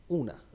una